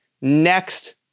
next